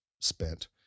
spent